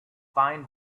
fine